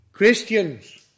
Christians